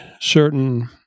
certain